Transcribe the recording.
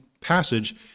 passage